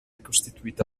costituita